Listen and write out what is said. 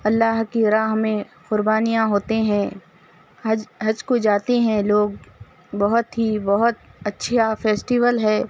اللّہ کی راہ میں قربانیاں ہوتے ہیں حج حج کو جاتے ہیں لوگ بہت ہی بہت اَچھّا فیسٹیول ہے